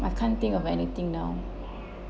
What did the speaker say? I can't think of anything now